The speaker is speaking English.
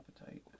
appetite